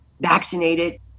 vaccinated